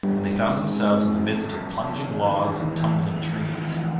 and they found themselves in the midst of plunging logs and tumbling trees.